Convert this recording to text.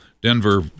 Denver